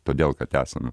todėl kad esam